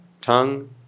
tongue